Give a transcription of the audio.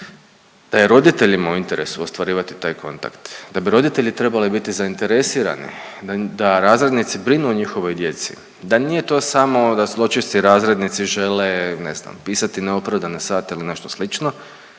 da je roditeljima u interesu ostvarivati taj kontakt, da bi roditelji trebali biti zainteresirani, da razrednici brinu o njihovoj djeci, da nije to samo da zločesti razrednici žele, ne znam pisati neopravdane sate ili nešto slično,